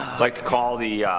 like to call the